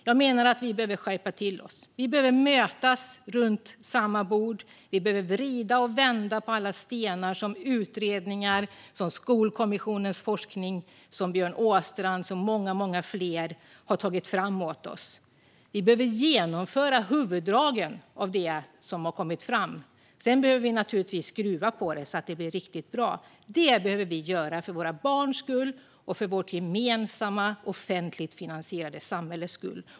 Jag menar att vi behöver mötas runt samma bord. Vi behöver vrida och vända på alla stenar och titta på allt som utredningar, Skolkommissionens forskning och Björn Åstrand och många fler tagit fram åt oss. Vi behöver genomföra huvuddragen i det som kommit fram. Sedan behöver vi naturligtvis skruva på det så att det blir riktigt bra. Det behöver vi göra för våra barns skull och för vårt gemensamma, offentligt finansierade samhälles skull.